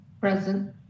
Present